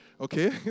okay